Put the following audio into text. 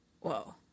Whoa